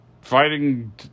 Fighting